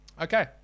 Okay